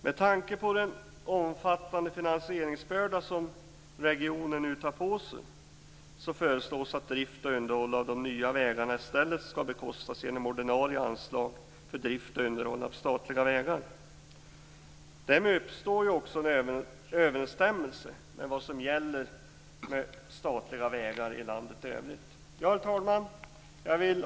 Med tanke på den omfattande finansieringsbörda som regionen nu tar på sig föreslås att drift och underhåll av de nya vägarna i stället skall bekostas genom ordinarie anslag för drift och underhåll av statliga vägar. Därmed uppstår också en överensstämmelse med vad som gäller för statliga vägar i landet i övrigt. Herr talman!